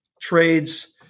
trades